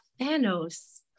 Thanos